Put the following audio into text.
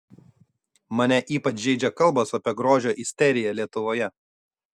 mane ypač žeidžia kalbos apie grožio isteriją lietuvoje